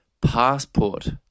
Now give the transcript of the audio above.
passport